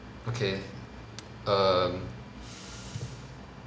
okay um